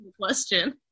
question